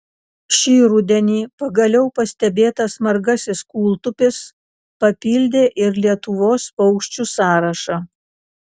šį rudenį pagaliau pastebėtas margasis kūltupis papildė ir lietuvos paukščių sąrašą